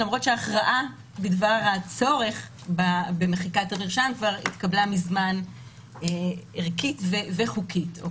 למרות שההכרעה בדבר הצורך במחיקת המרשם כבר התקבלה מזמן ערכית וחוקית.